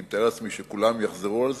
ואני מתאר לעצמי שכולם יחזרו על זה,